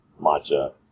matcha